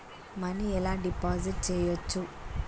Money ఎలా deposit చేయచ్చు?